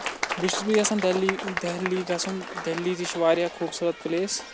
بیٚیہِ چھُس بہٕ یَژھان دہلی دہلی گژھُن دہلی تہِ چھُ واریاہ خوٗبصوٗرت پٕلیس